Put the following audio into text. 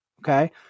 Okay